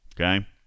Okay